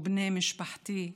ובני משפחתי שחאדה,